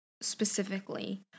specifically